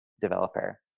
developer